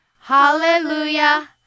Hallelujah